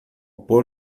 pôr